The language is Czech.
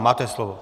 Máte slovo.